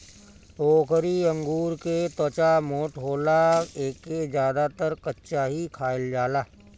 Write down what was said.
भोकरी अंगूर के त्वचा मोट होला एके ज्यादातर कच्चा ही खाईल जाला